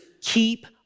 keep